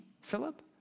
Philip